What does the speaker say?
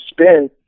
spin